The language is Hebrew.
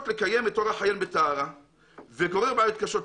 לקיים את אורח חייהן בטהרה וגורר בעיות קשות,